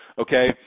okay